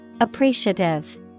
Appreciative